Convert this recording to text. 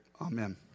Amen